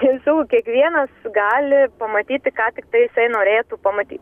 tiesiog kiekvienas gali pamatyti ką tiktai jisai norėtų pamatyt